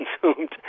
consumed